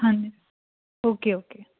ਹਾਂਜੀ okay okay